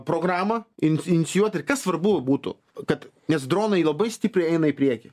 programą inicijuoti ir kas svarbu būtų kad nes dronai labai stipriai eina į priekį